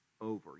over